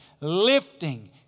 Lifting